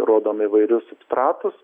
rodom įvairius substratus